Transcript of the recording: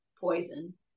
poison